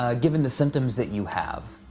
ah given the symptoms that you have?